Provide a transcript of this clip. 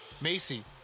Macy